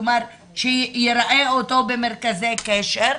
כלומר שיראה אותו במרכזי קשר.